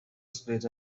split